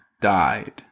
died